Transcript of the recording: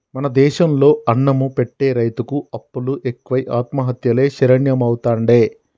మన దేశం లో అన్నం పెట్టె రైతుకు అప్పులు ఎక్కువై ఆత్మహత్యలే శరణ్యమైతాండే